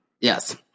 Yes